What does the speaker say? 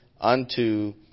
unto